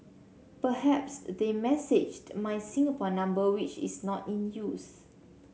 perhaps they messaged my Singapore number which is not in use